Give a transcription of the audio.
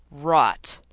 rot!